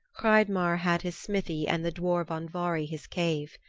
hreidmar had his smithy and the dwarf andvari his cave.